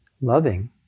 loving